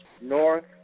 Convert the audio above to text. North